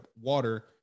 water